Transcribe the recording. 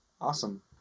Awesome